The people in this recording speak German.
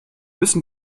müssen